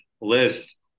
list